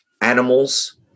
animals